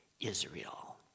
Israel